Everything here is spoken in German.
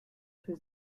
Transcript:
für